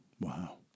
Wow